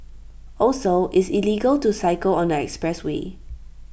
also it's illegal to cycle on the expressway